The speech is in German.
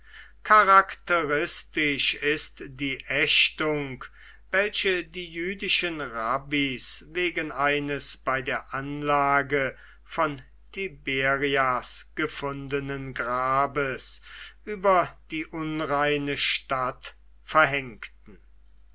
charakteristisch ist die ächtung welche die jüdischen rabbis wegen eines bei der anlage von tiberias gefundenen grabes über die unreine stadt verhängten